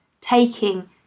taking